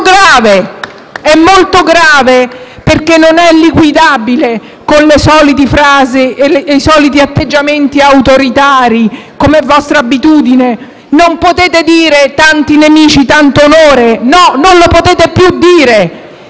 molto grave, perché non è liquidabile con le soliti frasi e i soliti atteggiamenti autoritari, come vostra abitudine. Non potete dire: tanti nemici tanto onore! No, non le potete più dire!